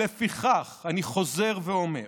לפיכך אני חוזר ואומר: